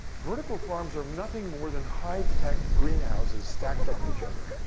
vertical farms are nothing more than high-tech greenhouses stacked on each other.